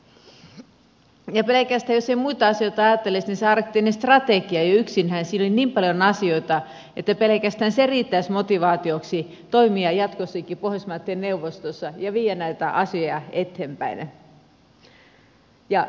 jos ei muita asioita ajattelisi niin pelkästään siinä arktisessa strategiassa jo yksin on niin paljon asioita että pelkästään se riittäisi motivaatioksi toimia jatkossakin pohjoismaiden neuvostossa ja viedä näitä asioita eteenpäin